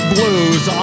Blues